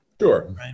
Sure